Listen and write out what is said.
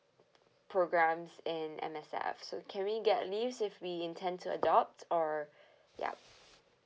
programs in M_S_F so can we get leaves if we intend to adopt or yup